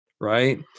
right